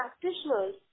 practitioners